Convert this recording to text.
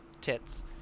tits